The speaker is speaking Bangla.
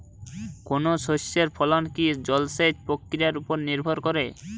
কোনো শস্যের ফলন কি জলসেচ প্রক্রিয়ার ওপর নির্ভর করে?